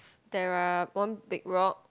there are one big rock